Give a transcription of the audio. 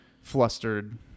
flustered